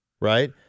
Right